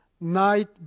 Night